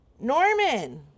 norman